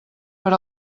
per